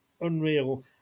unreal